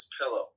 pillow